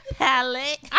palette